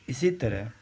اسی طرح